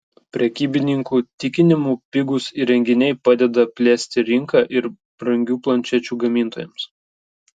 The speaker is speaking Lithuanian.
prekybininkų tikinimu pigūs įrenginiai padeda plėsti rinką ir brangių planšečių gamintojams